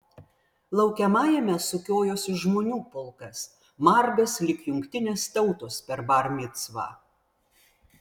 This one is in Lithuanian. laukiamajame sukiojosi žmonių pulkas margas lyg jungtinės tautos per bar micvą